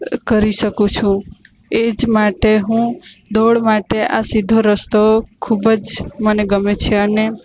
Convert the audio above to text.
કરી શકું છું એ જ માટે હું દોડ માટે આ સીધો રસ્તો ખૂબ જ મને ગમે છે અને